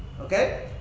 Okay